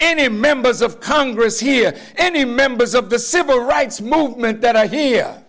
any members of congress here any members of the civil rights movement that idea